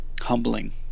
humbling